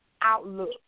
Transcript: outlook